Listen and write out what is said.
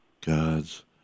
God's